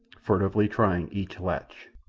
furtively trying each latch.